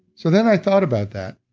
so then i thought about that